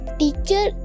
teacher